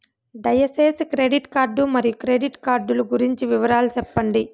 దయసేసి credit card మరియు credit card లు గురించి వివరాలు సెప్పండి?